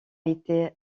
été